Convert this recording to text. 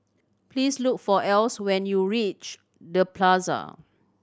please look for Else when you reach The Plaza